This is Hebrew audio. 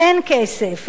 אין כסף,